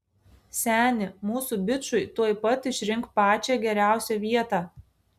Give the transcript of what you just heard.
seni mūsų bičui tuoj pat išrink pačią geriausią vietą